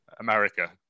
America